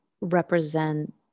represent